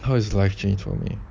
how is life changed for me